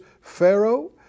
Pharaoh